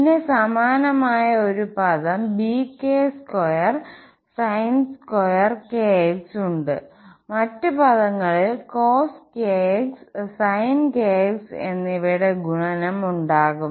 പിന്നെ സമാനമായ ഒരു പദം bk2 sin2 ഉണ്ട് മറ്റ് പദങ്ങളിൽ cos kx sin kx എന്നിവയുടെ ഗുണനം ഉണ്ടാകും